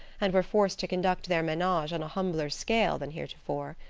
and were forced to conduct their menage on a humbler scale than heretofore.